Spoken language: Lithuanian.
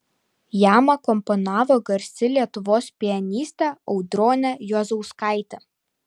jam akompanavo garsi lietuvos pianistė audronė juozauskaitė